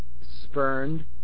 spurned